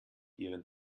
ihren